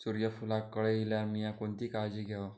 सूर्यफूलाक कळे इल्यार मीया कोणती काळजी घेव?